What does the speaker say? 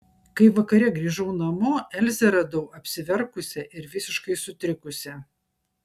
kai vakare grįžau namo elzę radau apsiverkusią ir visiškai sutrikusią